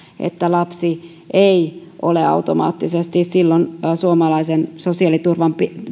että lapsi ei ole silloin automaattisesti suomalaisen sosiaaliturvan